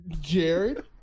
Jared